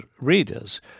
readers